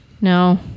No